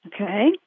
Okay